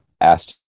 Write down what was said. asked